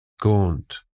gaunt